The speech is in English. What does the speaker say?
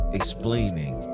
explaining